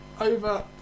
Over